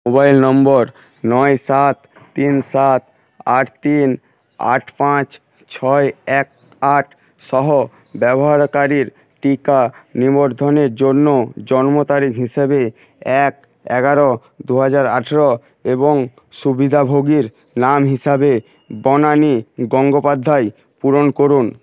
mobile নম্বর নয় সাত তিন সাত আট তিন আট পাঁচ ছয় এক আট সহ ব্যবহারকারীর টিকা নিবন্ধনের জন্য জন্ম তারিখ হিসেবে এক এগারো দু হাজার আঠেরো এবং সুবিধাভোগীর নাম হিসাবে বনানী গঙ্গোপাধ্যায় পূরণ করুন